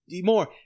more